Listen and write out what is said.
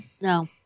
No